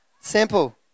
Simple